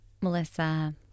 Melissa